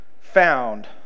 found